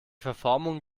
verformung